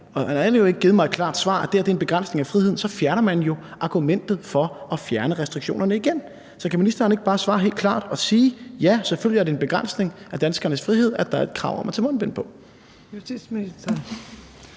– han har endnu ikke givet mig et klart svar – fjerner man jo argumentet for at fjerne restriktionerne igen. Så kan ministeren ikke bare svare helt klart og sige: Ja, selvfølgelig er det en begrænsning af danskernes frihed, at der er et krav om at tage mundbind på?